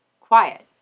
quiet